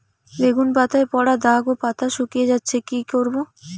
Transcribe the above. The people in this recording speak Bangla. বেগুন পাতায় পড়া দাগ ও পাতা শুকিয়ে যাচ্ছে কি করব?